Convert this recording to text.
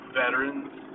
veterans